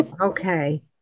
Okay